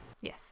yes